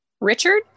Richard